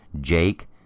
Jake